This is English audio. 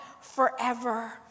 forever